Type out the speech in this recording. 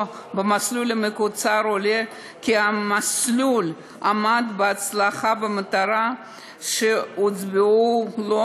של המסלול המקוצר עולה כי המסלול עמד בהצלחה במטרות שהוצבו לו,